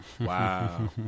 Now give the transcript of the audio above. Wow